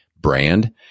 brand